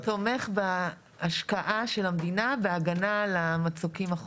אז אתה תומך בהשקעה של המדינה בהגנה על המצוקים?